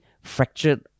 fractured